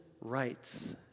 rights